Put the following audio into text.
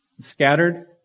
scattered